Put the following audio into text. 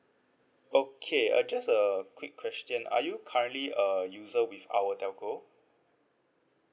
okay uh just a quick question are you currently a user with our telco